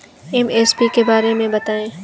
MSP के बारे में बतायें?